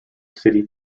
city